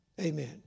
amen